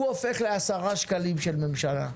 הוא הופך ל-10 שקלים של ממשלה.